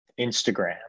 Instagram